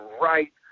right